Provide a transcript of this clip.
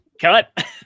cut